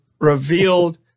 revealed